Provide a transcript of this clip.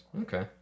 Okay